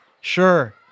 Sure